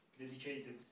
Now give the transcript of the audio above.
Dedicated